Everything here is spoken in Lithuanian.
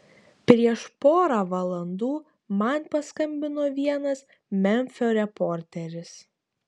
prieš porą valandų man paskambino vienas memfio reporteris